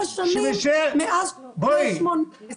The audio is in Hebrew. שנים מאז --- אבל ילדים לא מתחסנים.